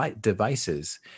devices